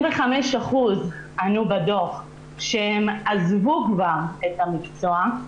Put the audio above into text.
25% ענו בדוח שהן עזבו כבר את המקצוע,